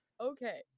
Okay